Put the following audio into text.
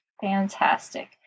Fantastic